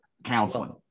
Counseling